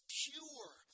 pure